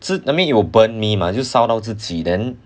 是 I mean it will burn you will burn me mah 就烧到自己 then